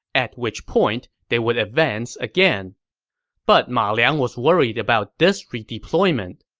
at which point they would advance again but ma liang was worried about this redeployment.